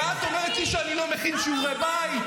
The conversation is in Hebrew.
ואת אומרת לי שאני לא מכין שיעורי בית.